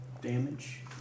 damage